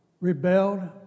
rebelled